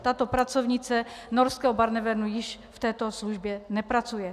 Tato pracovnice norského Barnevernu již v této službě nepracuje.